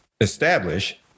establish